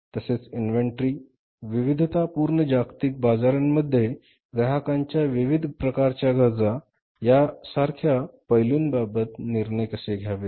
तसेच इन्व्हेंटरी विविधता पूर्ण जागतिक बाजारांमध्ये ग्राहकांच्या विविध प्रकारच्या गरजा यांसारख्या पैलूंबाबत निर्णय कसे घ्यावेत